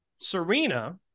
Serena